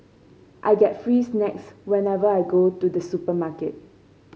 I get free snacks whenever I go to the supermarket